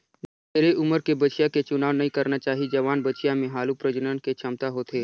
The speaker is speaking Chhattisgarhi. ढेरे उमर के बछिया के चुनाव नइ करना चाही, जवान बछिया में हालु प्रजनन के छमता होथे